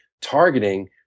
targeting